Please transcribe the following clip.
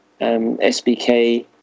SBK